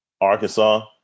Arkansas